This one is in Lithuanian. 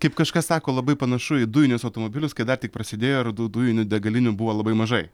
kaip kažkas sako labai panašu į dujinius automobilius kai dar tik prasidėjo ir du dujinių degalinių buvo labai mažai